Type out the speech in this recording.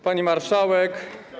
Pani Marszałek!